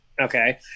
Okay